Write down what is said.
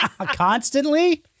Constantly